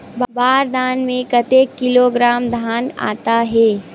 बार दाना में कतेक किलोग्राम धान आता हे?